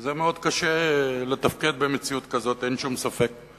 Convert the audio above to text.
וזה מאוד קשה לתפקד במציאות כזאת, אין שום ספק.